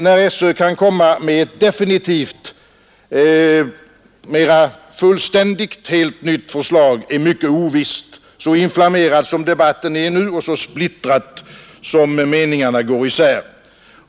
När SÖ kan komma med ett definitivt, mera fullständigt, helt nytt förslag är mycket ovisst, så inflammerad som debatten är nu och så splittrat som meningarna går isär.